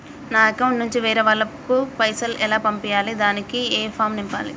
నా అకౌంట్ నుంచి వేరే వాళ్ళకు పైసలు ఎలా పంపియ్యాలి దానికి ఏ ఫామ్ నింపాలి?